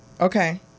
Okay